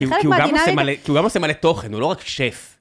חלק מהדינמיקה, הוא גם עושה מלא תוכן, הוא לא רק שף.